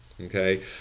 Okay